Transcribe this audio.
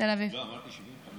אמרתי ש-75